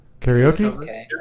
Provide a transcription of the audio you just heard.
karaoke